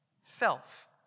self